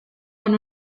con